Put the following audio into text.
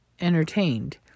entertained